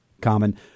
Common